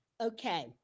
Okay